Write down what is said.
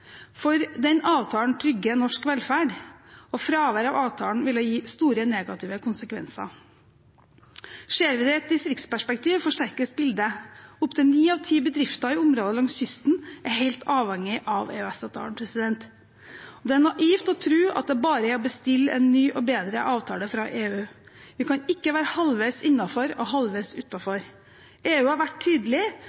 for den avtalen trygger norsk velferd. Fravær av avtalen ville gitt store negative konsekvenser. Ser vi det i et distriktsperspektiv, forsterkes bildet. Opptil ni av ti bedrifter i områder langs kysten er helt avhengig av EØS-avtalen. Det er naivt å tro at det bare er å bestille en ny og bedre avtale fra EU. Vi kan ikke være halvveis innenfor og halvveis